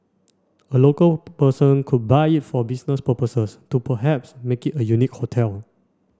a local person could buy it for business purposes to perhaps make it a unique hotel